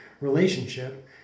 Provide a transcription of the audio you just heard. relationship